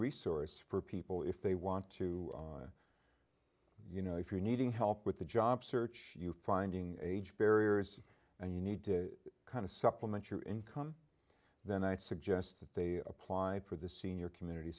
resource for people if they want to you know if you needing help with the job search you finding age barriers and you need to kind of supplement your income then i'd suggest that they apply for the senior community